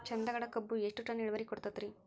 ಚಂದಗಡ ಕಬ್ಬು ಎಷ್ಟ ಟನ್ ಇಳುವರಿ ಕೊಡತೇತ್ರಿ?